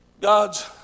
God's